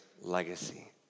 legacy